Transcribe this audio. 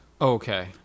Okay